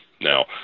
Now